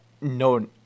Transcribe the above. no